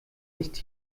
nicht